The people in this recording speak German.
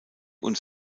und